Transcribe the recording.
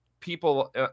people